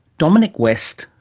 dominic west,